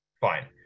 fine